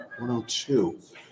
102